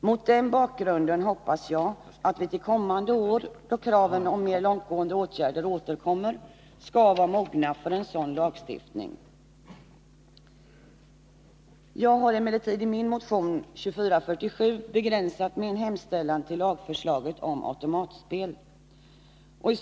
Mot denna bakgrund hoppas jag att vi till kommande år, då kraven på mera långtgående åtgärder återkommer, skall vara mogna för en sådan lagstiftning. I motionen 2447 har jag begränsat min hemställan till att avse lagförslaget Nr 176 om automatspel.